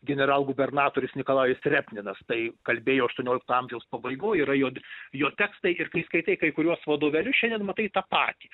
generalgubernatorius nikolajus repninas tai kalbėjo aštuoniolikto amžiaus pabaigoj yra jo jo tekstai ir kai skaitai kai kuriuos vadovėlius šiandien matai tą patį